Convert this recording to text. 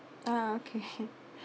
uh okay